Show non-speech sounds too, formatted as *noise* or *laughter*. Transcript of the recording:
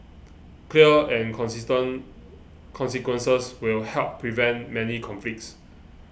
clear and consistent *noise* consequences will help prevent many conflicts